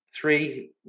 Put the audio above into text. three